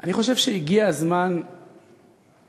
אני חושב שהגיע הזמן שנפסיק